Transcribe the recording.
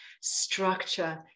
structure